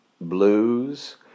blues